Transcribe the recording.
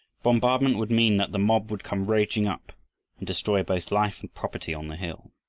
bombardment would mean that the mob would come raging up and destroy both life and property on the hill.